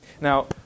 Now